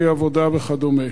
בלי עבודה וכדומה.